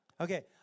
Okay